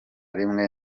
rimwe